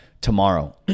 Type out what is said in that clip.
tomorrow